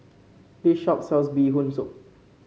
this shop sells Bee Hoon Soup